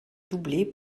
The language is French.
doubler